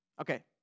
Okay